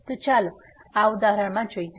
તો ચાલો આ ઉદાહરણમાં જોઈએ